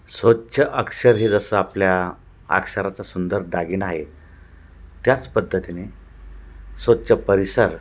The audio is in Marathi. स्वच्छ अक्षर हे जसं आपल्या अक्षराचा सुंदर दागिना आहे त्याच पद्धतीने स्वच्छ परिसर